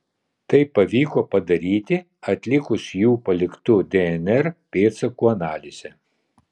tai pavyko padaryti atlikus jų paliktų dnr pėdsakų analizę